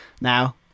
now